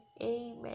amen